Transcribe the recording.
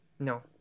No